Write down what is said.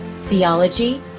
theology